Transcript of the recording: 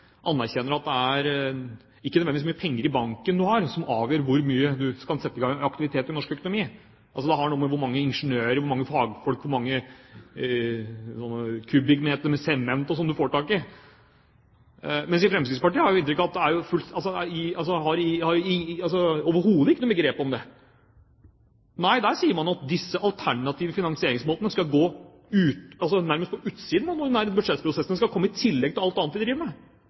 anerkjenner i hvert fall at det er en ramme mot en realøkonomi som gjør at det ikke nødvendigvis er hvor mye penger du har i banken, som avgjør hvor mye du kan sette gang av aktivitet i norsk økonomi. Det har noe med hvor mange ingeniører, hvor mange fagfolk, hvor mange kubikkmeter med sement du får tak i – mens i Fremskrittspartiet har jeg inntrykk av at man overhodet ikke har noe begrep om det. Der sier man at disse alternative finansieringsmåtene nærmest skal gå på utsiden av den ordinære budsjettprosessen, de skal komme i tillegg til alt annet man driver med.